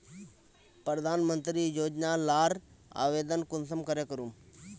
प्रधानमंत्री योजना लार आवेदन कुंसम करे करूम?